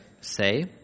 say